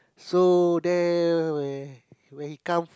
so then where where he come